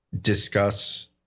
discuss